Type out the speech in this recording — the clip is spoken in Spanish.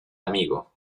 amigo